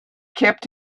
kept